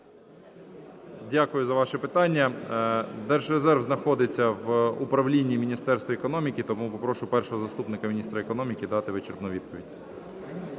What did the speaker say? Дякую за ваше питання. Держрезерв знаходиться в управлінні Міністерства економіки, тому попрошу першого заступника міністра економіки дати вичерпну відповідь.